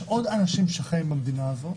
יש עוד אנשים שחיים בתוך המדינה הזאת,